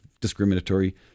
discriminatory